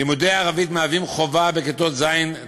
לימודי הערבית הם חובה בכיתות ז' ט',